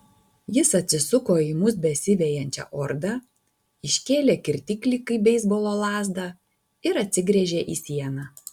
jis atsisuko į mus besivejančią ordą iškėlė kirtiklį kaip beisbolo lazdą ir atsigręžė į sieną